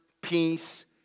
peace